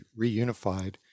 reunified